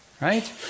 right